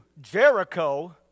Jericho